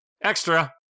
Extra